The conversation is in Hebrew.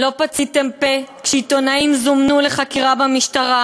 לא פציתם פה כשעיתונאים זומנו לחקירה במשטרה,